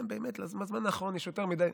באמת בזמן האחרון יש יותר מדי.